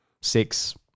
six